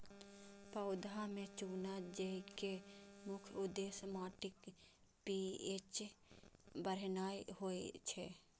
पौधा मे चूना दै के मुख्य उद्देश्य माटिक पी.एच बढ़ेनाय होइ छै